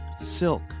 silk